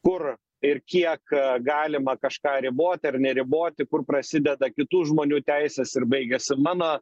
kur ir kiek galima kažką riboti ar neriboti kur prasideda kitų žmonių teisės ir baigiasi mano